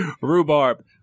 Rhubarb